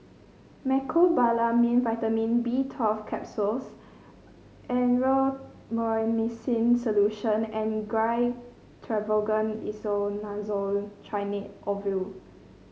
Mecobalamin Vitamin B Twelve Capsules Erythroymycin Solution and Gyno Travogen Isoconazole Ovule